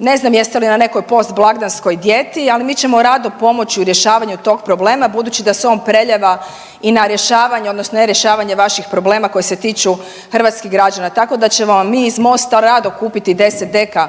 Ne znam jeste li na nekoj post blagdanskoj dijeti, ali mi ćemo rado pomoći u rješavanju tog problema budući da se on prelijeva i na rješavanje, odnosno ne rješavanje vaših problema koji se tiču hrvatskih građana. Tako da ćemo vam mi iz Mosta rado kupiti 10 deka